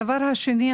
הדבר השני,